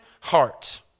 heart